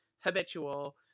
habitual